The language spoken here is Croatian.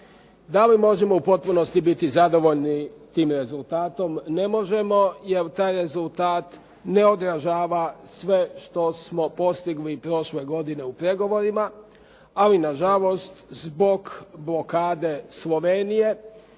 Da li možemo u potpunosti biti zadovoljni time rezultatom? Ne možemo jer taj rezultat ne odražava sve što smo postigli prošle godine u pregovorima, ali nažalost zbog blokade Slovenije